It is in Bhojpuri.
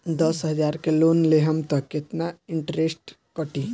दस हजार के लोन लेहम त कितना इनट्रेस कटी?